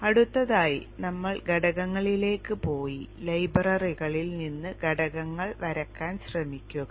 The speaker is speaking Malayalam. അടുത്തതായി നമ്മൾ ഘടകങ്ങളിലേക്ക് പോയി ലൈബ്രറികളിൽ നിന്ന് ഘടകങ്ങൾ വരയ്ക്കാൻ ശ്രമിക്കുക